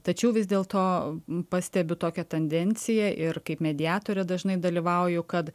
tačiau vis dėlto pastebiu tokią tandenciją ir kaip mediatorė dažnai dalyvauju kad